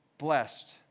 Blessed